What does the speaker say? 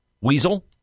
weasel